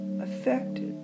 affected